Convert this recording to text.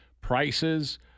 prices